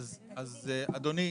אדוני,